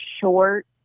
short